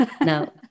Now